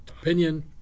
opinion